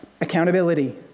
accountability